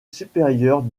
supérieure